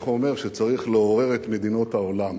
הלקח אומר שצריך לעורר את מדינות העולם,